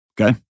Okay